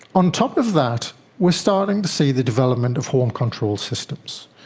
on top of that we are starting to see the development of home control systems.